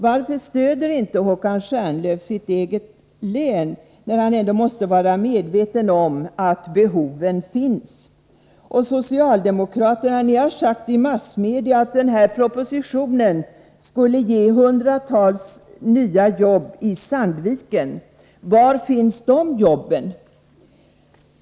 Varför stöder inte Håkan Stjernlöf sitt eget län, när han ändå måste vara medveten om att behoven finns? Socialdemokraterna har sagt i massmedia att propositionen skulle kunna ge hundratals nya jobb i Sandviken. Var finns de jobben?